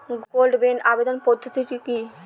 Gold বন্ডে আবেদনের পদ্ধতিটি কি?